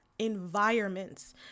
environments